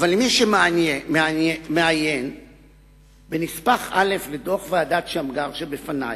אבל מי שמעיין בנספח א' לדוח ועדת-שמגר שבפני,